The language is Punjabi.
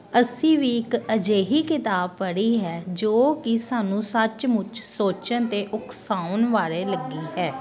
ਅਸੀਂ ਵੀ ਇੱਕ ਅਜਿਹੀ ਕਿਤਾਬ ਪੜ੍ਹੀ ਹੈ ਜੋ ਕਿ ਸਾਨੂੰ ਸੱਚਮੁੱਚ ਸੋਚਣ ਅਤੇ ਉਕਸਾਉਣ ਬਾਰੇ ਲੱਗੀ ਹੈ